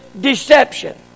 deception